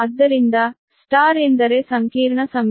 ಆದ್ದರಿಂದ ಸ್ಟಾರ್ ಎಂದರೆ ಸಂಕೀರ್ಣ ಸಂಯೋಗ